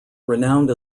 renowned